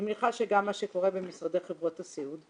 אני מניחה שגם מה שקורה במשרדי חברות הסיעוד,